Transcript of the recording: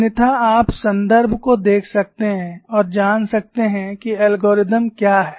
अन्यथा आप संदर्भ को देख सकते हैं और जान सकते हैं कि एल्गोरिथ्म क्या है